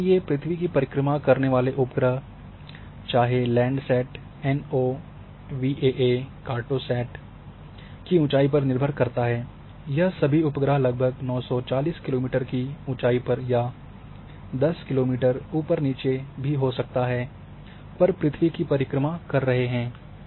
आम तौर पर ये पृथ्वी की परिक्रमा करने वाले उपग्रह चाहे लैंड्सैट एनओवीएए कार्टोसैट की ऊंचाई पर निर्भर करता है यह सभी उपग्रह लगभग 940 किलोमीटर की ऊँचाई पर या 10 किलोमीटर ऊपर नीचे भी हो सकता है पर पृथ्वी की परिक्रमा कर रहे हैं